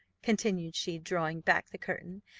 continued she, drawing back the curtain,